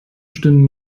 bestünde